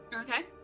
Okay